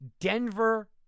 Denver